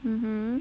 mmhmm